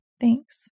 Thanks